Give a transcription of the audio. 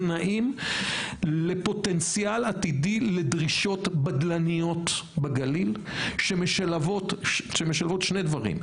לפוטנציאל עתידי לדרישות בדלניות בגליל שמשלבות שני דברים.